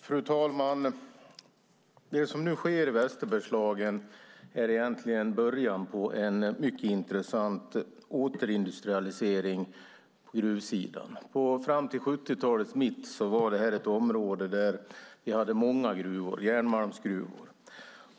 Fru talman! Det som nu sker i Västerbergslagen är egentligen början på en mycket intressant återindustrialisering på gruvsidan. Fram till 70-talets mitt var detta ett område där vi hade många järnmalmsgruvor.